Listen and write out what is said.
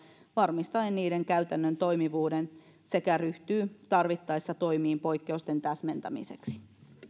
varmistaen niiden käytännön toimivuuden sekä ryhtyy tarvittaessa toimiin poikkeusten täsmentämiseksi